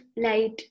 light